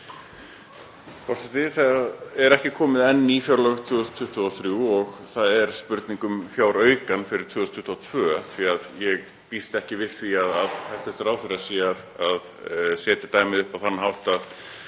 Það eru ekki komin enn ný fjárlög fyrir 2023 og það er spurning um fjáraukann fyrir 2022 því ég býst ekki við því að hæstv. ráðherra sé að setja dæmið upp á þann hátt að